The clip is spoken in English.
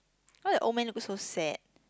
why the old man look so sad